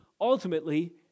ultimately